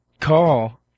call